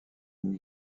une